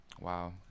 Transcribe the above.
Wow